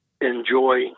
enjoy